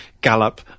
gallop